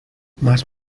más